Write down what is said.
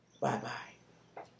Bye-bye